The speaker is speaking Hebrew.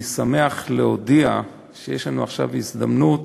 אני שמח להודיע שיש לנו עכשיו הזדמנות